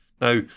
Now